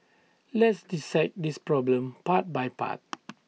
let's dissect this problem part by part